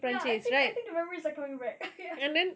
ya I think I think the memories are coming back okay ya